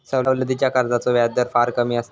सवलतीच्या कर्जाचो व्याजदर फार कमी असता